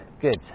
Good